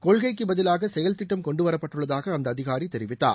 கொள்கைக்கு பதிலாக செயல்திட்டம் கொண்டுவரப்பட்டுள்ளதாக அந்த அதிகாரி தெரிவித்தார்